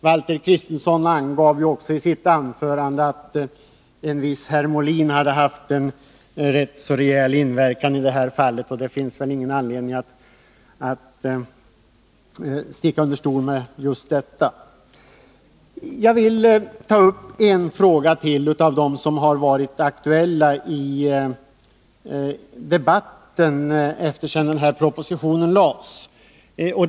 Valter Kristenson angav i sitt anförande att en viss herr Molin hade haft en ganska rejäl inverkan i det här fallet, och det finns väl ingen anledning att sticka under stol med just detta. Jag vill ta upp en fråga till av dem som varit aktuella i debatten efter det att propositionen lades fram.